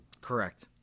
correct